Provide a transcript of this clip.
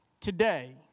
Today